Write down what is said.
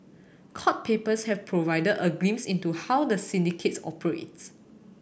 court papers have provided a glimpse into how the syndicates operates